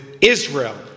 Israel